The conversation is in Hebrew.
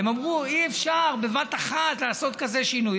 והם אמרו: אי-אפשר בבת אחת לעשות כזה שינוי.